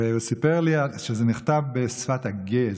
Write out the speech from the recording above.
וסיפר לי שזה נכתב בשפת הגעז.